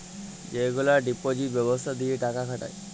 যেগলা ডিপজিট ব্যবস্থা দিঁয়ে টাকা খাটায়